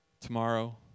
Tomorrow